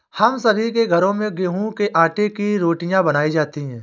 हम सभी के घरों में गेहूं के आटे की रोटियां बनाई जाती हैं